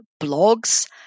Blogs